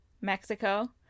Mexico